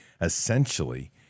Essentially